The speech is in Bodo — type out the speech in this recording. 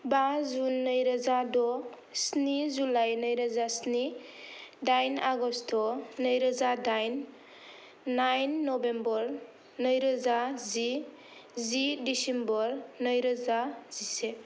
बा जुन नैरोजा द' स्नि जुलाइ नैरोजा स्नि दाइन आगस्ट' नैरोजा दाइन नाइन नभेम्बर नैरोजा जि जि दिसिम्बर नै रोजा जिसे